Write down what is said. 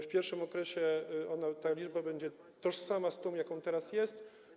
W pierwszym okresie ta liczba będzie tożsama z tą, jaka teraz jest.